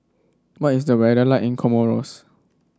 what is the weather like in Comoros